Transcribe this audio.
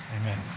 Amen